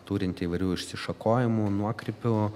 turinti įvairių išsišakojimų nuokrypių